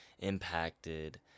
impacted